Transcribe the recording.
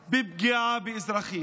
לפגיעה באזרחים.